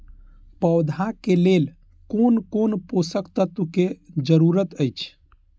पौधा के लेल कोन कोन पोषक तत्व के जरूरत अइछ?